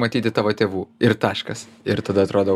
matyti tavo tėvų ir taškas ir tada atrodo